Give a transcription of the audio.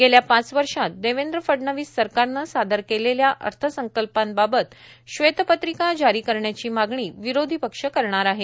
गेल्या पाच वर्षांत देवेंद्र फडणवीस सरकारनं सादर केलेल्या अर्थसंकल्पांबाबत श्वेतपत्रिका जारी करण्याची मागणी विरोधी पक्ष करणार आहे